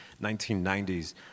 1990s